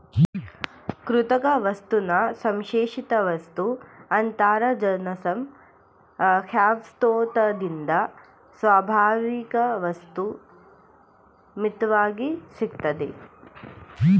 ಕೃತಕ ವಸ್ತುನ ಸಂಶ್ಲೇಷಿತವಸ್ತು ಅಂತಾರೆ ಜನಸಂಖ್ಯೆಸ್ಪೋಟದಿಂದ ಸ್ವಾಭಾವಿಕವಸ್ತು ಮಿತ್ವಾಗಿ ಸಿಗ್ತದೆ